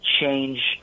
change